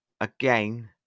Again